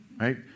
right